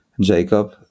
Jacob